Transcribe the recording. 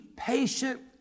Patient